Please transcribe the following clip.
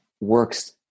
works